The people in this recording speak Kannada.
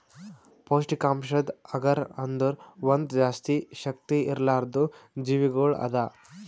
ಪೌಷ್ಠಿಕಾಂಶದ್ ಅಗರ್ ಅಂದುರ್ ಒಂದ್ ಜಾಸ್ತಿ ಶಕ್ತಿ ಇರ್ಲಾರ್ದು ಜೀವಿಗೊಳ್ ಅದಾ